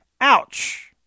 Ouch